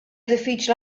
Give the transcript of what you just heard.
diffiċli